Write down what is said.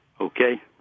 okay